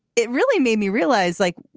it really made me realize, like,